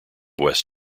west